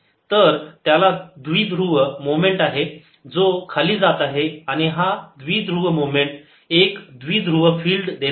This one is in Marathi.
तर त्याला द्विध्रुव मोमेंट आहे जो खाली जात आहे आणि हा द्विध्रुव मोमेंट एक द्विध्रुव फिल्ड देणार आहे